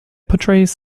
portrays